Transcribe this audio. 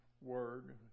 word